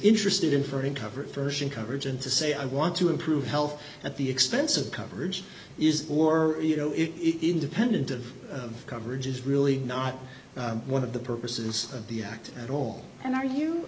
interested in for in cover version coverage and to say i want to improve health at the expense of coverage is or you know it independent of coverage is really not one of the purposes of the act at all and ar